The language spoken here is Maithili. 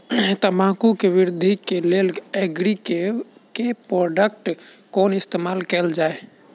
तम्बाकू केँ वृद्धि केँ लेल एग्री केँ के प्रोडक्ट केँ इस्तेमाल कैल जाय?